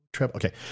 Okay